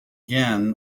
ginn